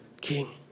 king